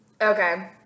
Okay